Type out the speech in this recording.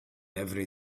every